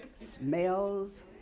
Smells